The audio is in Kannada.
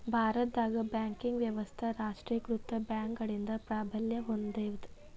ಭಾರತದಾಗ ಬ್ಯಾಂಕಿಂಗ್ ವ್ಯವಸ್ಥಾ ರಾಷ್ಟ್ರೇಕೃತ ಬ್ಯಾಂಕ್ಗಳಿಂದ ಪ್ರಾಬಲ್ಯ ಹೊಂದೇದ